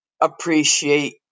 appreciate